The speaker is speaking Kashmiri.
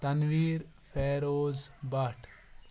تنویٖر فیروز بٹ